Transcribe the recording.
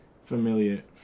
familiar